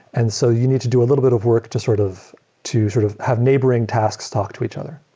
and so you need to do a little bit of work to sort of to sort of have neighboring tasks talk to each other.